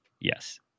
Yes